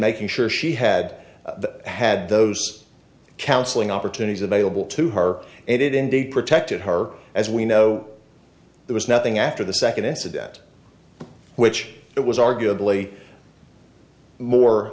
making sure she had had those counseling opportunities available to her and it indeed protected her as we know there was nothing after the second incident which it was arguably more